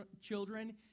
children